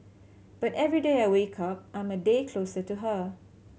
but every day I wake up I'm a day closer to her